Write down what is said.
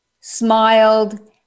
smiled